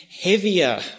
heavier